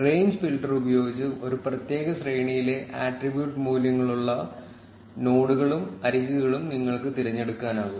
range filter ഉപയോഗിച്ച് ഒരു പ്രത്യേക ശ്രേണിയിലെ ആട്രിബ്യൂട്ട് മൂല്യങ്ങളുള്ള നോഡുകളും അരികുകളും നിങ്ങൾക്ക് തിരഞ്ഞെടുക്കാനാകും